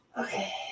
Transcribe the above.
Okay